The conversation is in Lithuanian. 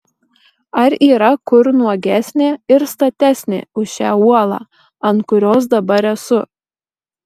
ar yra kur nuogesnė ir statesnė už šią uolą ant kurios dabar esu